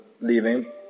leaving